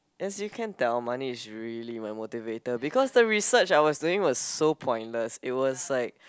as you can tell money is really my motivator because the research I was doing was so pointless it was like